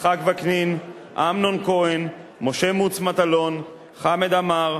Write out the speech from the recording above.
יצחק וקנין, אמנון כהן, משה מטלון, חמד עמאר,